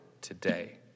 today